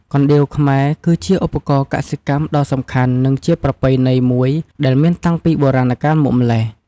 កណ្ដៀវខ្មែរ គឺជាឧបករណ៍កសិកម្មដ៏សំខាន់ និងជាប្រពៃណីមួយ ដែលមានតាំងពីបុរាណកាលមកម្ល៉េះ។